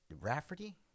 Rafferty